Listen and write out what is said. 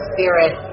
Spirit